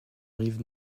rive